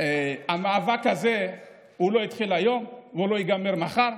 המאבק הזה לא התחיל היום ולא ייגמר מחר,